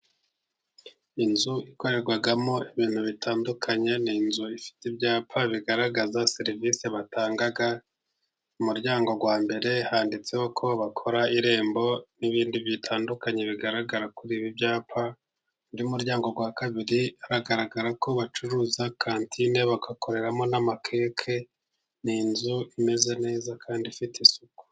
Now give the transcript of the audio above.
Inzu ikorerwamo ibintu bitandukanye, ni inzu ifite ibyapa bigaragaza serivisi batanga, umuryango wa mbere handitseho ko bakora irembo, n'ibindi bitandukanye bigaragara kuri ibi byapa, undi muryango wa kabiri hagaragara ko bacuruza kantine, bagakoreramo n'amakeke, ni inzu imeze neza kandi ifite isuku.